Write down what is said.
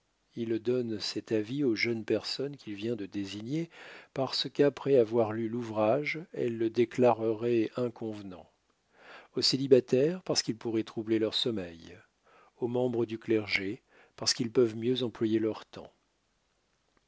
il donne cet avis aux jeunes personnes qu'il vient de désigner parce qu'après avoir lu l'ouvrage elles le déclareraient inconvenant aux célibataires parce qu'il pourrait troubler leur sommeil aux membres du clergé parce qu'ils peuvent mieux employer leur temps